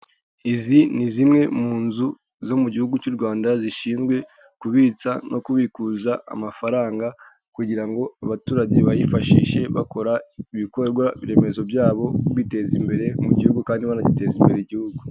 Izi ni zimwe mu nzu zo mu gihugu cy'u Rwanda zishinzwe kubitsa no kubikuza amafaranga, kugira ngo abaturage bayifashishe bakora ibikorwaremezo byabo, biteza imbere mu gihugu kandi banagiteza imbere igihugu.